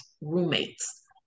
roommates